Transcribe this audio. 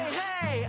hey